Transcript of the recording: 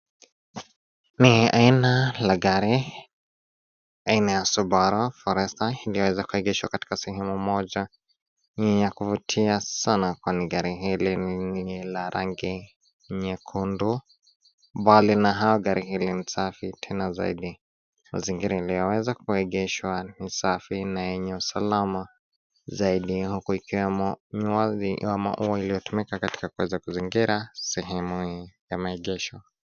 Ni aina la gari, aina ya Subaru Forester iliyoweza kuegeshwa katika sehemu moja. Ni ya kuvutia sana kwani gari hili ni la rangi nyekundu mbali na hao gari hili ni safi tena zaidi. Mazingira iliyoweza kuegeshwa ni safi na yenye usalama zaidi huku ikiwemo mwadhi ama ua iliyo tumika katika kuweza kuzingira sehemu hii ya maegesho.